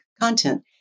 content